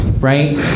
right